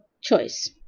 choice